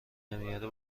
نمیاره